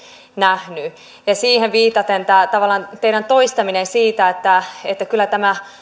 nähnyt siihen viitaten tavallaan tämä teidän toistamisenne että että